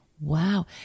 Wow